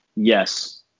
yes